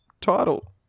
title